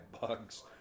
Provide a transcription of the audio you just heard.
bugs